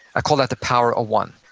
i call that the power of one.